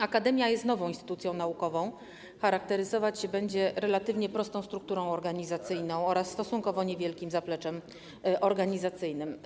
Akademia jest nową instytucją naukową, charakteryzować się będzie relatywnie prostą strukturą organizacyjną oraz stosunkowo niewielkim zapleczem organizacyjnym.